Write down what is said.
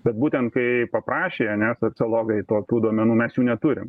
bet būtent kai paprašė ane sociologai tokių duomenų mes jų neturime